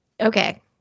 Okay